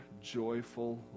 joyful